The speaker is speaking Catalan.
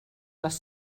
les